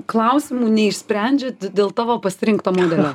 klausimų neišsprendžiat dėl tavo pasirinkto modelio